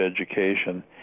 education